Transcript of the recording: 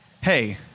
hey